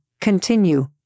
continue